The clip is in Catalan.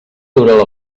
dura